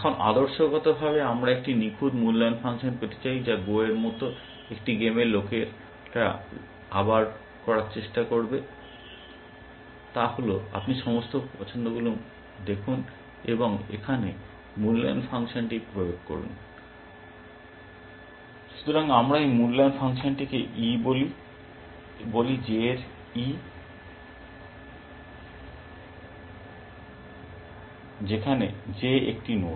এখন আদর্শভাবে আমরা একটি নিখুঁত মূল্যায়ন ফাংশন পেতে চাই যা GO এর মতো একটি গেমে লোকেরা করার চেষ্টা করে তা হল আপনি সমস্ত পছন্দগুলি দেখুন এবং এখানে মূল্যায়ন ফাংশনটি প্রয়োগ করুন। সুতরাং আমরা এই ফাংশনটিকে e বলি এবং বলি জে এর eযেখানে J একটি নোড